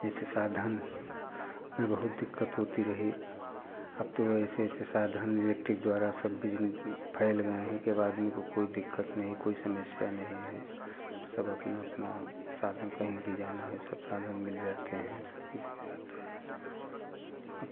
जैसे साधन में बहुत दिक्कत होती रही अब तो ऐसे ऐसे साधन इलेक्ट्रिक द्वारा सब फैल गए हैं कि अब आदमी को कोई दिक्कत नहीं कोई समस्या नहीं है सब अपना अपना साधन कहीं भी जाना है सब साधन मिल जाते हैं सब कुछ मिल जाता है अब